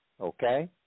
Okay